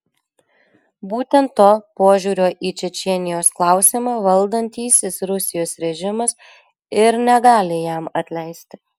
būtent to požiūrio į čečėnijos klausimą valdantysis rusijos režimas ir negali jam atleisti